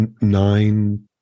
nine